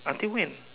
until when